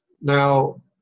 Now